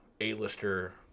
a-lister